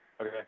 Okay